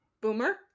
Boomer